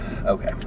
Okay